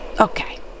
Okay